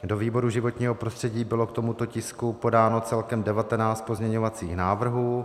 Do výboru životního prostředí bylo k tomuto tisku podáno celkem devatenáct pozměňovacích návrhů.